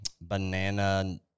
banana